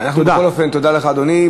תודה לך, אדוני.